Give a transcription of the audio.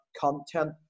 content